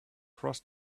cross